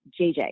JJ